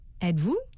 êtes-vous